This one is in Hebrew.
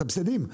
מסבסדים.